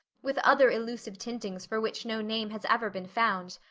with other elusive tintings for which no name has ever been found.